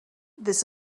this